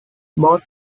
both